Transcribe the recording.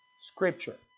Scripture